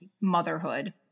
motherhood